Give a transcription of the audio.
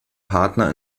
partner